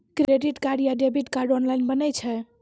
Credit card या debit card online बनै छै?